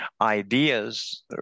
ideas